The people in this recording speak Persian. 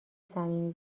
صمیمی